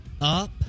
Up